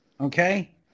Okay